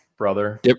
brother